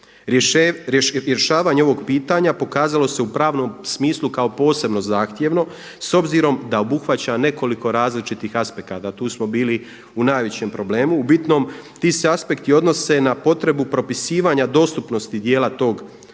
Rješavanje ovog pitanja pokazalo se u pravnom smislu kao posebno zahtjevno s obzirom da obuhvaća nekoliko različitih aspekata. Tu smo bili u najvećem problemu. U bitnom ti se aspekti odnose na potrebu propisivanja dostupnosti dijela tog arhivskog